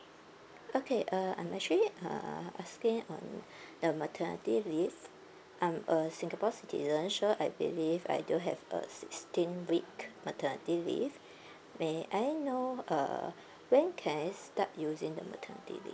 okay uh I'm actually uh asking on the maternity leave I'm a singapore citizen so I believe I do have a sixteen week maternity leave may I know uh when can I start using the maternity leave